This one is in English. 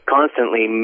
constantly